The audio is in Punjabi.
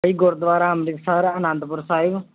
ਭਾਅ ਜੀ ਗੁਰਦੁਆਰਾ ਅੰਮ੍ਰਿਤਸਰ ਅਨੰਦਪੁਰ ਸਾਹਿਬ